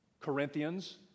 Corinthians